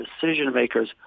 decision-makers